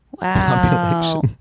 Wow